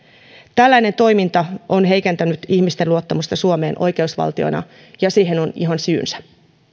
tällainen toiminta on heikentänyt ihmisten luottamusta suomeen oikeusvaltiona ja siihen on ihan syynsä